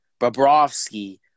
Bobrovsky